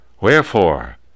Wherefore